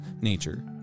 nature